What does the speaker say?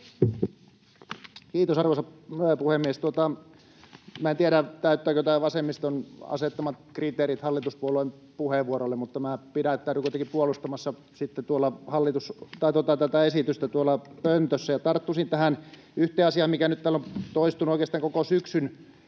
Kiitos, arvoisa puhemies! Minä en tiedä, täyttääkö tämä vasemmiston asettamat kriteerit hallituspuolueen puheenvuorolle, mutta minä nyt kuitenkin sitten pidättäydyn puolustamasta tätä esitystä tuolta pöntöstä. Tarttuisin tähän yhteen asiaan, mikä täällä on nyt toistunut oikeastaan koko syksyn